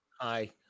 Hi